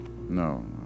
no